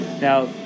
Now